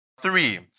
three